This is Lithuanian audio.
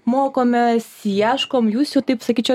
mokomės ieškom jūs jau taip sakyčiau